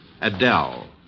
Adele